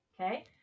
okay